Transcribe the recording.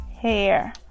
Hair